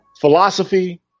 Philosophy